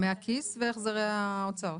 את דמי הכיס והחזרי ההוצאות.